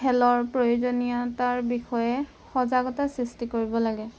খেলৰ প্ৰয়োজনীয়তাৰ বিষয়ে সজাগতা সৃষ্টি কৰিব লাগে